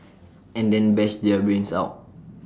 and then bash their brains out